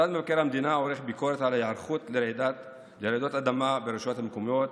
משרד מבקר המדינה עורך ביקורת על ההיערכות לרעידות אדמה ברשויות המקומיות